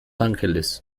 ángeles